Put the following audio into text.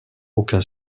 aucun